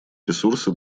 ресурсы